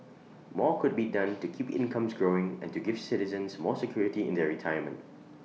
more could be done to keep incomes growing and to give citizens more security in their retirement